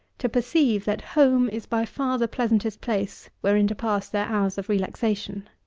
to perceive that home is by far the pleasantest place wherein to pass their hours of relaxation.